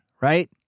right